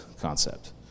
concept